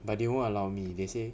but they won't allow me they say